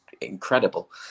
incredible